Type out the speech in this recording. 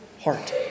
heart